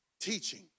teaching